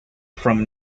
from